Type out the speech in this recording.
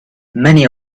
many